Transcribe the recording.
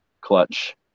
clutch